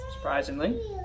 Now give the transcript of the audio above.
Surprisingly